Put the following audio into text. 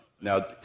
now